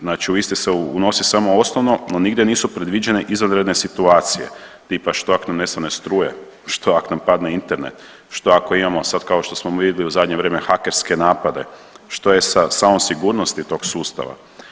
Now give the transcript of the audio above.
Znači u iste se unosi samo osnovno, a nigdje nisu predviđeni izvanredne situacije, tipa što ako nam nestane struje, što ako nam padne Internet, što ako imamo sad kao što smo vidjeli u zadnje vrijeme hakerske napade, što je sa samom sigurnosti tog sustava.